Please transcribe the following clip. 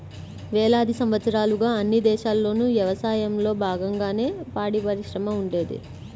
వేలాది సంవత్సరాలుగా అన్ని దేశాల్లోనూ యవసాయంలో బాగంగానే పాడిపరిశ్రమ ఉండేది